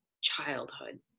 childhood